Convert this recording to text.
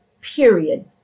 Period